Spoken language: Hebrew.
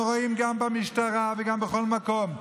אנחנו רואים גם במשטרה וגם בכל מקום,